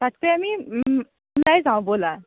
তাতকৈ আমি ওম ওলাই যাওঁ ব'লা